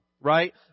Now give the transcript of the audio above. Right